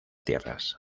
tierras